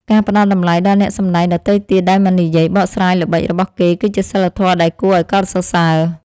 ការផ្តល់តម្លៃដល់អ្នកសម្តែងដទៃទៀតដោយមិននិយាយបកស្រាយល្បិចរបស់គេគឺជាសីលធម៌ដែលគួរឱ្យកោតសរសើរ។